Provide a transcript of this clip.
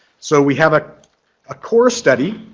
so we have ah a core study,